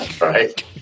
right